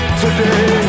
today